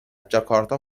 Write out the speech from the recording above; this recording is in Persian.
جاکارتا